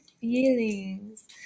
feelings